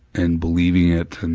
and believing it, and